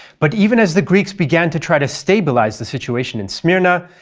but even as the greeks began to try to stabilize the situation in smyrna,